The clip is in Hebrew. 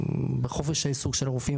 בחופש העיסוק של הרופאים,